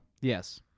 Yes